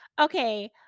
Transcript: okay